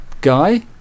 guy